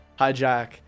hijack